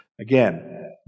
Again